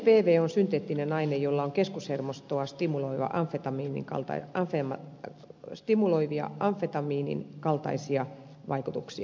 mdpv on synteettinen aine jolla on keskushermostoa stimuloivia amfetamiinin kaltaisia vaikutuksia